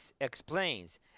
explains